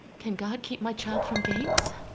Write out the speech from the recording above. can god keep my child from games?